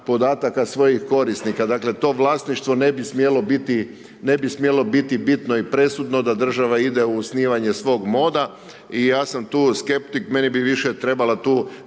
podataka svojih korisnika, dakle, to vlasništvo ne bi smjelo biti bitno i presudno da država ide u osnivanje svoga moda i ja sam tu skeptik, meni bi više trebala tu